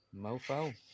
mofo